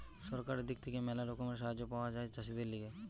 সরকারের দিক থেকে ম্যালা রকমের সাহায্য পাওয়া যায় চাষীদের লিগে